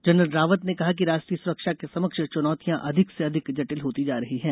general Rawat ने कहा कि राष्ट्रीय सुरक्षा के समक्ष चुनौतियां अधिक से अधिक जटिल होती जा रही हैं